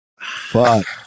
Fuck